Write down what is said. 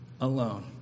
alone